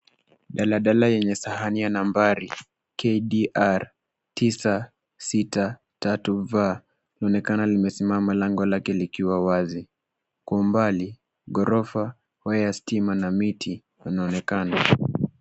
Dala dala yenye sahani ya nambari, KDR 963V linaonekana limesimama lango lake likiwa wazi. Kwa umbali, ghorofa, waya ya stima na miti inaonekana.